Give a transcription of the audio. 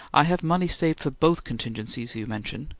i have money saved for both contingencies you mention,